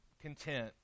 content